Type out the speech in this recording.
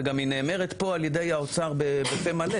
וגם היא נאמרת פה על ידי האוצר בפה מלא